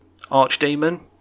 Archdemon